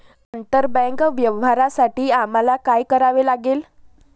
आंतरबँक व्यवहारांसाठी आम्हाला काय करावे लागेल?